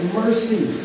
mercy